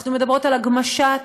אנחנו מדברות על הגמשת